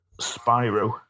Spyro